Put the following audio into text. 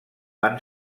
van